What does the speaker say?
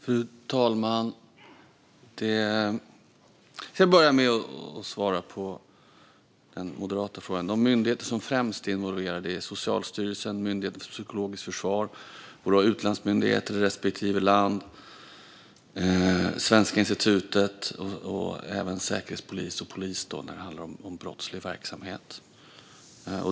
Fru talman! Låt mig börja med att svara på Moderaternas fråga. De myndigheter som främst är involverade är Socialstyrelsen, Myndigheten för psykologiskt försvar, våra utlandsmyndigheter i respektive land, Svenska institutet och även säkerhetspolis och polis när det handlar om brottslig verksamhet.